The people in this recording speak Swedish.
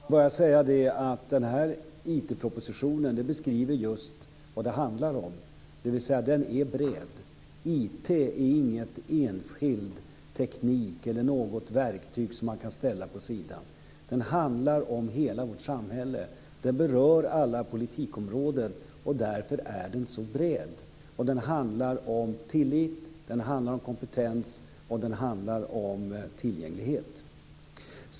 Fru talman! Får jag säga att den här IT propositionen beskriver just vad det handlar om, dvs. den är bred. IT är ingen enskild teknik eller något verktyg som man kan ställa på sidan. Den handlar om hela vårt samhälle. Den berör alla politikområden, och därför är den så bred. Den handlar om tillit, om kompetens och om tillgänglighet.